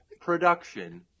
production –